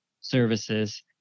services